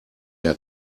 der